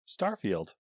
Starfield